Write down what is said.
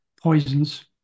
poisons